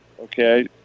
okay